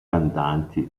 cantanti